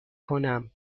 کنم